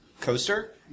coaster